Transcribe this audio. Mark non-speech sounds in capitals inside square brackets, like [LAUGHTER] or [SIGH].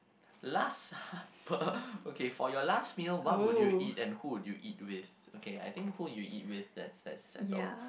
last [LAUGHS] per~ okay for your last meal what would you eat and who would you east with okay I think who you'll eat with that's that's settled